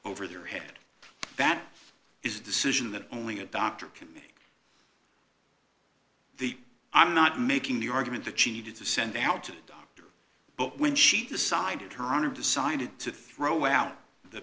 over their head that is a decision that only a doctor can make the i'm not making the argument that she needed to send out to the doctor but when she decided her honor decided to throw out the